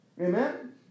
Amen